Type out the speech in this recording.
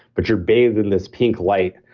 but you're bathed in this pink light.